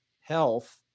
Health